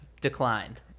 declined